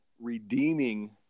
redeeming